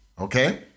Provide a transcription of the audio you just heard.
Okay